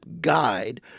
guide